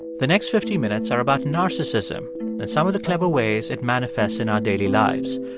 the next fifty minutes are about narcissism and some of the clever ways it manifests in our daily lives.